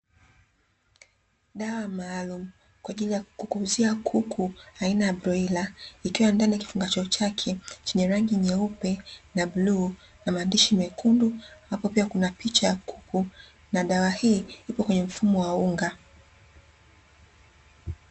Dawa maalumu kwaajili ya kukuzia kuku aina ya broila, ikiwa ndani ya kifungashio chake chenye rangi nyeupe na bluu na maandishi mekundu ambapo kuna picha ya kuku na dawa hii ipo kwenye mfumo wa unga.